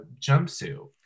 jumpsuit